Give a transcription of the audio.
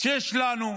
שיש לנו,